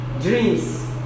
Dreams